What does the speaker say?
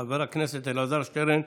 חבר הכנסת אלעזר שטרן.